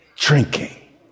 Drinking